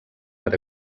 per